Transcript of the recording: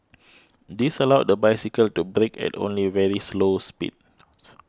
this allowed the bicycle to brake at only very slow speeds